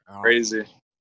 Crazy